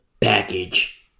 package